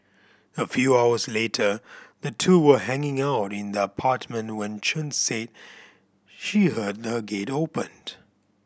a few hours later the two were hanging out in the apartment when Chen said she heard a gate open